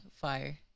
fire